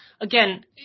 Again